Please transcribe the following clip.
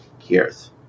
years